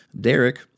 Derek